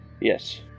Yes